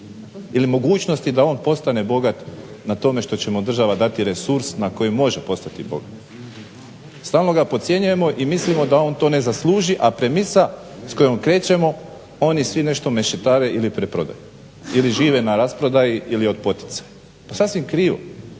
ili mogućnosti da on postane bogat na tome što će mu država dati resurs na kojem može postati bogat. Stalno ga podcjenjujemo i mislimo da on to ne zasluži, a premisa s kojom krećemo oni svi nešto mešetare ili preprodaju ili žive na rasprodaji ili od poticaja. Sasvim krivo.